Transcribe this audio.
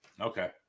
Okay